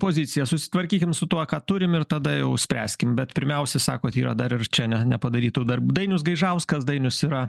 pozicija susitvarkykim su tuo ką turim ir tada jau spręskim bet pirmiausia sakot yra dar ir čia ne nepadarytų dar dainius gryžauskas dainius yra